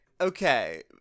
okay